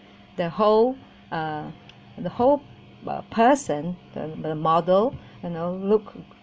the whole uh the whole person the the model you know look